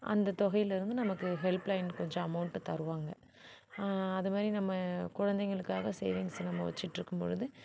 அந்த தொகையிலேருந்து நமக்கு ஹெல்ப்லைன் கொஞ்சம் அமௌன்ட் தருவாங்க அது மாதிரி நம்ம குழந்தைகளுக்காக சேவிங்ஸ் நம்ம வெச்சுட்ருக்கும்பொழுது